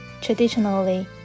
Traditionally